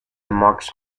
max